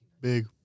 Big